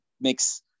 makes